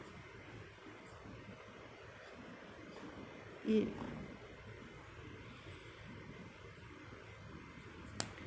it